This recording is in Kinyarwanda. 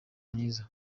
myiza